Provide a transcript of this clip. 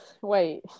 wait